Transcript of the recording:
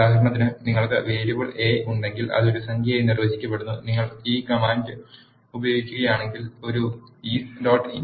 ഉദാഹരണത്തിന് നിങ്ങൾക്ക് variable a ഉണ്ടെങ്കിൽ അത് ഒരു സംഖ്യയായി നിർവചിക്കപ്പെടുന്നു നിങ്ങൾ ഈ കമാൻഡ് ഉപയോഗിക്കുകയാണെങ്കിൽ ഒരു is